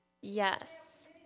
Yes